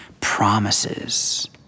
promises